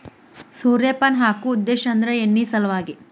ಸೂರ್ಯಪಾನ ಹಾಕು ಉದ್ದೇಶ ಅಂದ್ರ ಎಣ್ಣಿ ಸಲವಾಗಿ